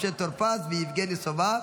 משה טור פז ויבגני סובה.